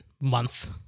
month